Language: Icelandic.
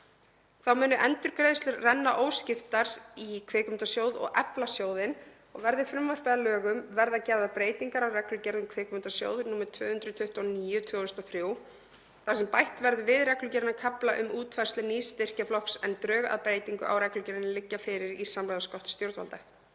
Þá munu endurgreiðslur renna óskiptar í Kvikmyndasjóð og efla sjóðinn og verði frumvarpið að lögum verða gerðar breytingar á reglugerð um Kvikmyndasjóð, nr. 229/2003, þar sem bætt verður við reglugerðina kafla um útfærslu nýs styrkjaflokks en drög að breytingu á reglugerðinni liggja fyrir í samráðsgátt stjórnvalda.